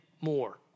more